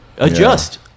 adjust